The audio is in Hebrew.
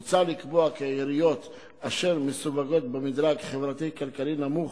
מוצע לקבוע כי עיריות אשר מסווגות במדרג חברתי-כלכלי נמוך,